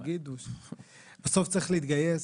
בסוף צריך להתגייס.